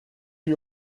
for